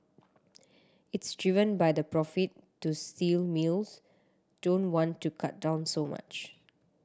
it's driven by the profit so steel mills don't want to cut down so much